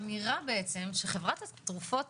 כלומר יש פה אמירה שחברת התרופות